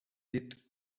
dit